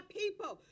people